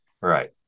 Right